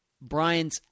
Brian's